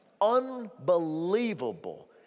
Unbelievable